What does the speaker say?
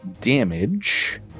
damage